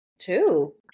two